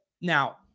now